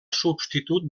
substitut